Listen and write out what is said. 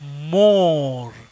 more